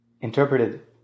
interpreted